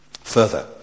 Further